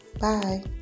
Bye